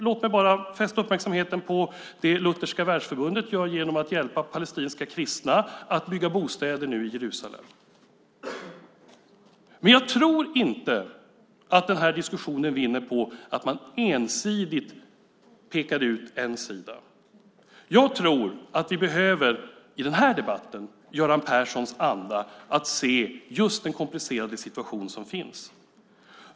Låt mig bara fästa uppmärksamheten på vad Lutherska Världsförbundet gör genom att hjälpa palestinska kristna att bygga bostäder i Jerusalem. Men jag tror inte att den här diskussionen vinner på att man ensidigt pekar ut en sida. Jag tror att vi i den här debatten behöver Göran Perssons anda och att se den komplicerade situation som finns.